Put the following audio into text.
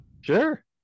Sure